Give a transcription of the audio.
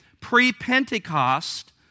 pre-Pentecost